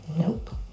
nope